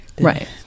right